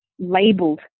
Labeled